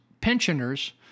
pensioners